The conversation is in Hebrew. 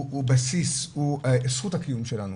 הוא בסיס, הוא זכות הקיום שלנו.